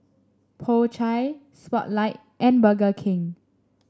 Po Chai Spotlight and Burger King